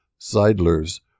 Seidler's